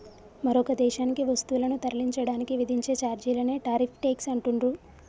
మరొక దేశానికి వస్తువులను తరలించడానికి విధించే ఛార్జీలనే టారిఫ్ ట్యేక్స్ అంటుండ్రు